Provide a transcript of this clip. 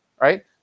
right